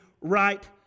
right